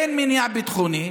אין מניע ביטחוני,